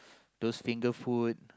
those finger food